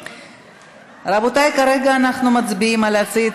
רבותיי, אנחנו עוברים להצבעה.